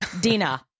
Dina